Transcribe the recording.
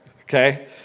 okay